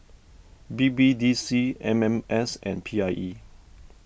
B B D C M M S and P I E